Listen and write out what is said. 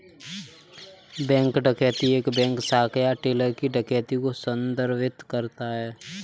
bank डकैती एक bank शाखा या टेलर की डकैती को संदर्भित करता है